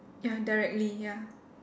ya directly ya